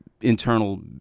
internal